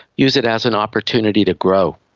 use it as an opportunity to grow.